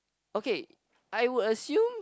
okay I would assume